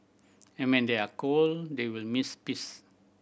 and when they are cold they will miss piss